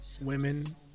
women